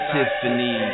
Tiffany